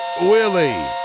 Willie